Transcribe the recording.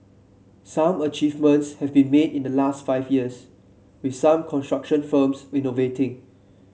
some achievements have been made in the last five years with some construction firms innovating